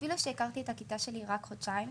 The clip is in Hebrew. אפילו שהכרתי את הכיתה שלי רק חודשיים,